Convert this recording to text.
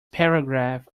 paragraph